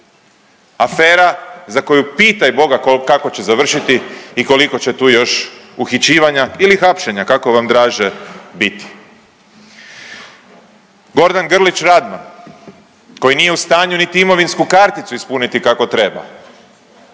afera za koju pitaj boga kako će završiti i koliko će tu još uhićivanja ili hapšenja kako vam draže biti. Gordan Grlić-Radman koji nije u stanju niti imovinsku karticu ispuniti kako treba,